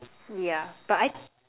yeah but I